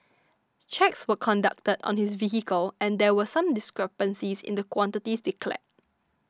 checks were conducted on his vehicle and there were some discrepancies in the quantities declared